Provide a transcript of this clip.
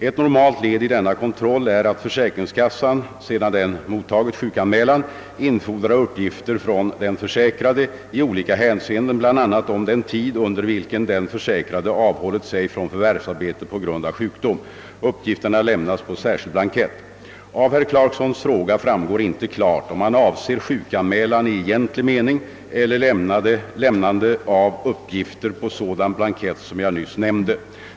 Ett normalt led i denna kontroll är att försäkringskassan, sedan den mottagit sjukanmälan, infordrar uppgifter från den försäkrade i olika hänseenden, bl.a. om den tid under vilken den försäkrade avhållit sig från förvärvsarbete på grund av sjukdomen. Uppgifterna lämnas på särskild blankett. Av herr Clarksons fråga framgår inte klart om han avser sjukanmälan i egentlig mening eller lämnande av uppgifter på sådan blankett som jag nyss nämnde.